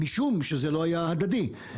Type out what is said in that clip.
משום שזה לא היה הדדי,